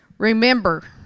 Remember